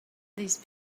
these